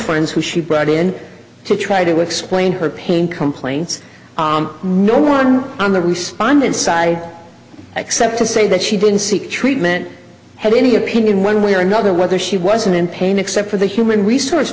friends who she brought in to try to explain her pain complaints no one on the responded side except to say that she didn't seek treatment had any opinion one way or another whether she wasn't in pain except for the human resources